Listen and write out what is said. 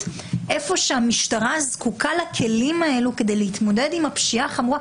היכן שהמשטרה זקוקה לכלים האלה כדי להתמודד עם הפשיעה החמורה.